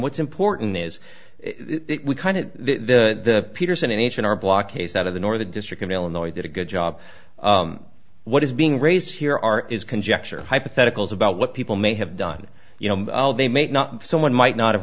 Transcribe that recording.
what's important is kind of the peterson n h in our block case out of the northern district of illinois did a good job what is being raised here are is conjecture hypotheticals about what people may have done you know they may not someone might not have